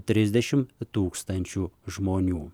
trisdešimt tūkstančių žmonių